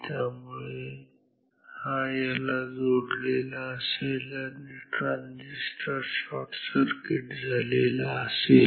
त्यामुळे हा याला जोडलेला असेल आणि हा ट्रांजिस्टर शॉर्टसर्किट झालेला असेल